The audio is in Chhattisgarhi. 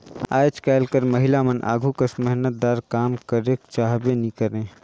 आएज काएल कर महिलामन आघु कस मेहनतदार काम करेक चाहबे नी करे